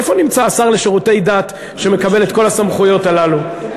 איפה נמצא השר לשירותי דת שמקבל את כל הסמכויות האלה?